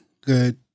good